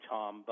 Tom